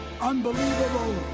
unbelievable